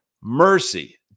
Mercy